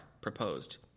proposed